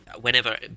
whenever